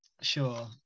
Sure